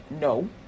no